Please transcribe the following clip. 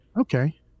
okay